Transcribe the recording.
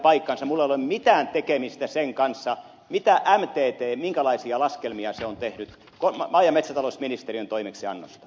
minulla ei ole mitään tekemistä sen kanssa minkälaisia laskelmia mtt on tehnyt maa ja metsätalousministeriön toimeksiannosta